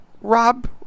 Rob